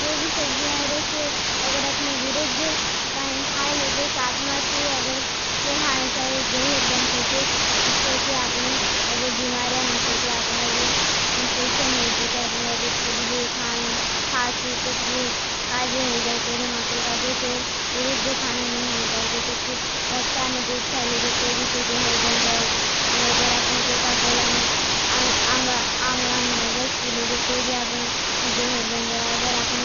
जे भी सब्जी आये रोखे अगर आपना विरुद्ध कहें खाये लेजे। सात्माती अगर जे खाने साथ जेहर बन सके। इससे के आपना अजे बिमारे आये सके। अपना जे इंफेक्शन होई सके। अपना जे खुजली खाने खासी कुछ भी काई भी होई जाए। तेरें अपना जे तेर विरुद्ध खाने नहीं खाने चाहें। जेसे के भटा ने जूद्ध खाये लेजे ते बीचे जेहर बन जाए। ने अगर आपना कोका कोला ने आमवान ने रस पी लेजे। ते भी आपना जूद्ध जेहर बन जाए। अगर आप ना